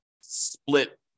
split